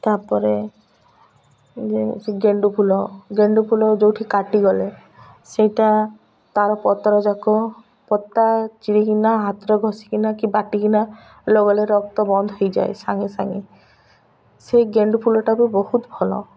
ତା'ପରେ ଯେ ସେ ଗେଣ୍ଡୁ ଫୁଲ ଗେଣ୍ଡୁ ଫୁଲ ଯେଉଁଠି କଟିଗଲେ ସେଇଟା ତାର ପତର ଯାକ ପତା ଚିରିକିନା ହାତରେ ଘଷିକିନା କି ବାଟିକିନା ଲଗଲେ ରକ୍ତ ବନ୍ଦ ହେଇଯାଏ ସାଙ୍ଗେ ସାଙ୍ଗେ ସେଇ ଗେଣ୍ଡୁ ଫୁଲଟା ବି ବହୁତ ଭଲ